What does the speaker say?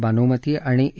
बानूमती आणि ए